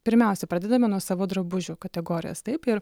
pirmiausia pradedame nuo savo drabužių kategorijos taip ir